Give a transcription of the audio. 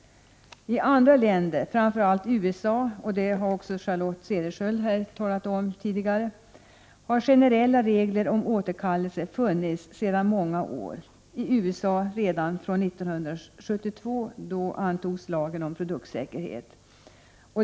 I andra länder, framför allt i USA — vilket också Charlotte Cederschiöld talade om — har generella regler om återkallelse funnits sedan många år. I USA antogs redan 1972 lagen om produktsäkerhet.